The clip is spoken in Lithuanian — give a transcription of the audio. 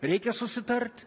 reikia susitart